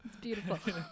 beautiful